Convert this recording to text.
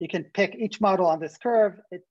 ‫אתה יכול כל מודל ‫על העקומה הזאת